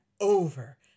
over